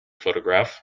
photograph